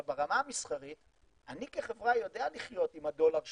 ברמה המסחרית אני כחברה יודע לחיות עם הדולר ל-12,